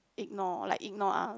ignore like ignore us